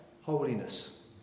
holiness